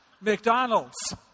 McDonald's